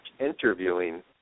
interviewing